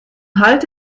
halt